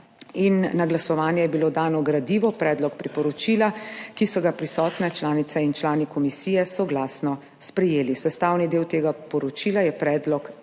in na glasovanje je bilo dano gradivo, predlog priporočila, ki so ga prisotne članice in člani komisije soglasno sprejeli. Sestavni del tega poročila je predlog